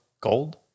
gold